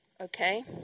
okay